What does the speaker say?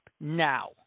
now